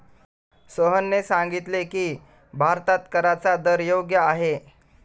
सोहनने सांगितले की, भारतात कराचा दर योग्य आहे